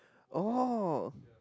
oh